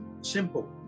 Simple